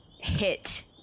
hit